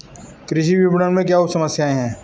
कृषि विपणन में क्या समस्याएँ हैं?